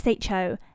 SHO